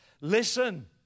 Listen